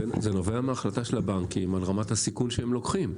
אבל זה נובע מהחלטה של הבנקים על רמת הסיכון שהם לוקחים,